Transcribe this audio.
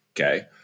okay